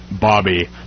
Bobby